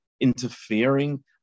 interfering